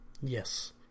Yes